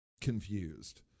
confused